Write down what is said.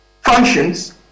functions